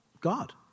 God